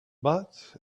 but